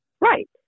right